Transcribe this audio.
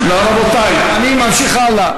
רבותי, אני ממשיך הלאה.